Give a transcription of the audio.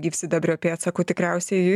gyvsidabrio pėdsakų tikriausiai